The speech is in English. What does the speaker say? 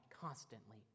constantly